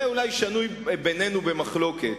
זה אולי שנוי בינינו במחלוקת,